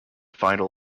final